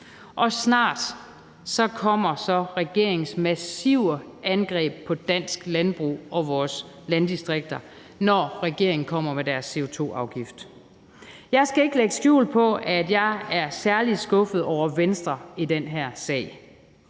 Og snart kommer så regeringens massive angreb på dansk landbrug og vores landdistrikter, når regeringen kommer med sin CO2-afgift. Jeg skal ikke lægge skjul på, at jeg er særlig skuffet over Venstre i den her sag.